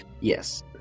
Yes